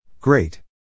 Great